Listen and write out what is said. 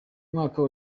mwaka